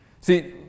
See